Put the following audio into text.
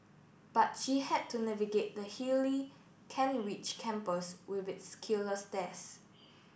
but she had to navigate the hilly Kent Ridge campus with its killer stairs